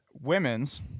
Women's